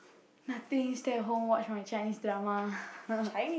nothing stay at home watch my Chinese drama